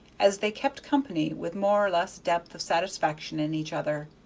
as they kept company with more or less depth of satisfaction in each other.